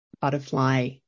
butterfly